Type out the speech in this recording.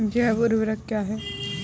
जैव ऊर्वक क्या है?